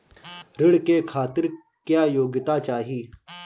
ऋण के खातिर क्या योग्यता चाहीं?